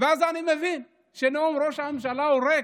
אז אני מבין שנאום ראש הממשלה הוא ריק.